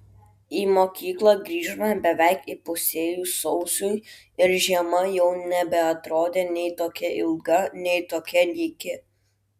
į mokyklą grįžome beveik įpusėjus sausiui ir žiema jau nebeatrodė nei tokia ilga nei tokia nyki